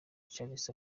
charles